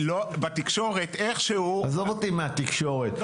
בתקשורת --- עזוב אותי מהתקשורת,